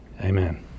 Amen